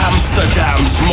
Amsterdam's